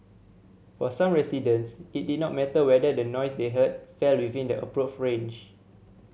for some residents it did not matter whether the noise they heard fell within the approved range